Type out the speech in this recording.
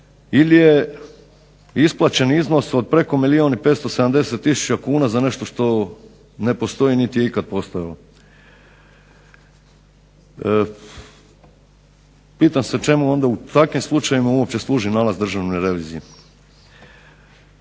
ili je isplaćen iznos od preko milijun i 570 tisuća kuna za nešto što ne postoji niti je ikad postojalo. Pitam se čemu onda u takvim slučajevima uopće služi nalaz Državne revizije?